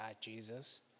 Jesus